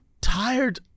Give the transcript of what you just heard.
tired